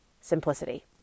simplicity